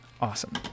Awesome